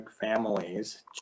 families